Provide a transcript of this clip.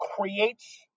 creates